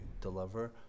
deliver